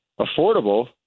affordable